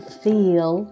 feel